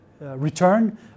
return